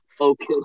okay